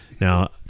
now